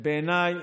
בעיניי,